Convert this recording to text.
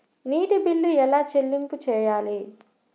నీటి బిల్లు ఎలా చెల్లింపు చేయాలి?